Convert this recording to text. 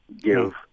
give